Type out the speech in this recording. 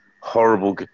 horrible